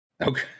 Okay